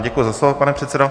Děkuji za slovo, pane předsedo.